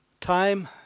time